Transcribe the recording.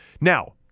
Now